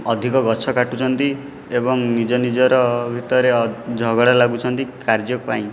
ଅଧିକ ଗଛ କାଟୁଛନ୍ତି ଏବଂ ନିଜ ନିଜର ଭିତରେ ଝଗଡ଼ା ଲାଗୁଛନ୍ତି କାର୍ଯ୍ୟ ପାଇଁ